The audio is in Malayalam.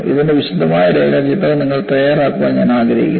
ഇതിന്റെ വിശദമായ രേഖാചിത്രം നിങ്ങൾ തയ്യാറാക്കാൻ ഞാൻ ആഗ്രഹിക്കുന്നു